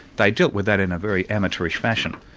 they dealt with that in a very amateurish fashion.